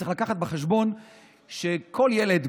צריך להביא בחשבון שכל ילד,